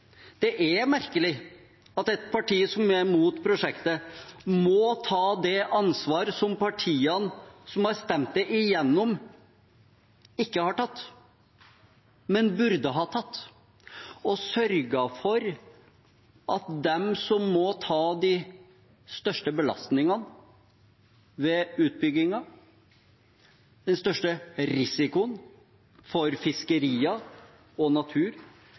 Det er merkelig at et parti som er imot prosjektet, må ta det ansvaret som partiene som har stemt det igjennom, ikke har tatt, men som de burde ha tatt, for dem som må ta de største belastningene, den største risikoen for fiskerier og natur